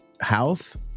house